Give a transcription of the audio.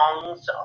songs